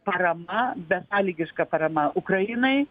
parama besąlygiška parama ukrainai